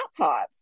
laptops